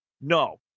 No